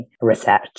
research